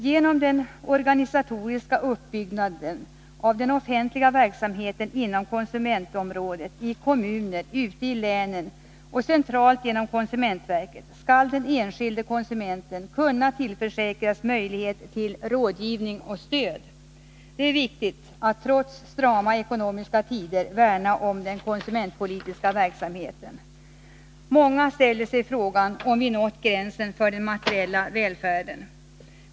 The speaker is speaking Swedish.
Genom den organisatoriska uppbyggnaden av den offentliga verksamheten inom konsumentområdet, i kommuner, ute i länen och centralt genom konsumentverket skall den enskilde konsumenten kunna tillförsäkras möjlighet till rådgivning och stöd. Det är viktigt att trots strama ekonomiska tider värna om den konsumentpolitiska verksamheten. Många ställer sig frågan om vi nått gränsen för den materiella välfärden.